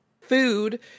food